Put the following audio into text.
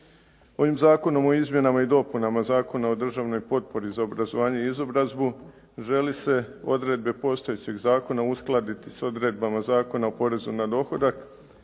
Ovim zakonom o izmjenama i dopunama Zakona o državnoj potpori za obrazovanje i izobrazbu želi se odredbe postojećeg zakona uskladiti sa odredbama Zakona o porezu na dohodak,